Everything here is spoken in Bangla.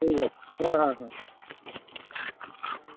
ঠিক আছে হ্যাঁ হ্যাঁ হুম